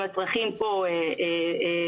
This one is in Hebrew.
עם הצרכים פה בישראל.